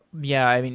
yeah. and